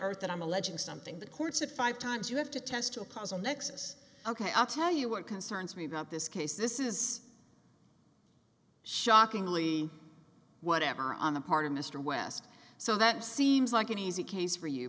dearth that i'm alleging something the courts a five times you have to test to cause a nexus ok i'll tell you what concerns me about this case this is shockingly whatever on the part of mr west so that seems like an easy case for you